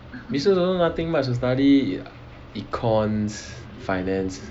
business also nothing much to study econs finance